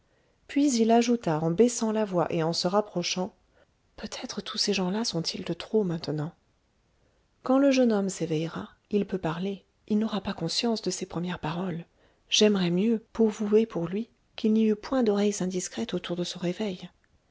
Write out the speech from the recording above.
puis il ajouta en baissant la voix et en se rapprochant peut-être tous ces gens-là sont-ils de trop maintenant quand le jeune homme s'éveillera il peut parler il n'aura pas conscience de ses premières paroles j'aimerais mieux pour vous et pour lui qu'il n'y eût point d'oreilles indiscrètes autour de son réveil